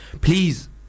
Please